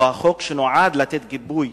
או החוק שנועד לתת גיבוי